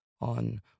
on